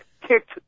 kicked